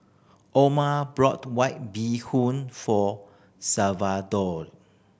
Orma brought White Bee Hoon for Salvatore